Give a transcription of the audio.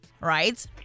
right